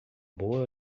boa